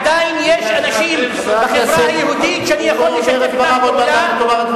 אנשים בחברה היהודית שאני יכול לשתף אתם פעולה,